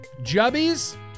Jubbies